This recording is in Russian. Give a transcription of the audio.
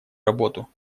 работу